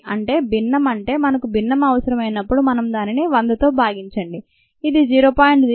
అంటే భిన్నం అంటే మనకు భిన్నం అవసరమైనప్పుడు మనం దానిని 100 తో భాగించండి ఇది 0